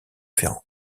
ferrand